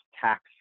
tax